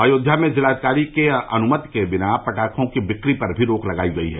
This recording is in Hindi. अयोध्या में जिलाधिकारी के अनुमति के बिना पटाखों की बिक्री पर भी रोक लगायी गयी है